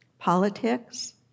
Politics